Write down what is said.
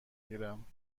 گیرم